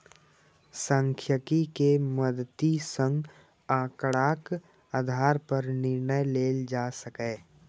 सांख्यिकी के मदति सं आंकड़ाक आधार पर निर्णय लेल जा सकैए